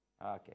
Okay